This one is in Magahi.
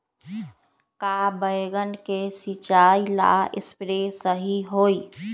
का बैगन के सिचाई ला सप्रे सही होई?